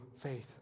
faith